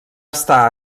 estar